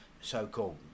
so-called